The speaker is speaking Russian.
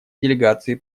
делегации